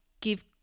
give